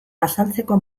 azaltzeko